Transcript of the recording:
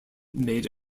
made